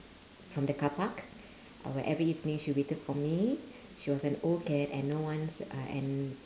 from the carpark uh every evening she waited for me she was an old cat and no one's uh and